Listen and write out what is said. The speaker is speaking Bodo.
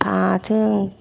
फाथो ओंख्रि